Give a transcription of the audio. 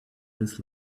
his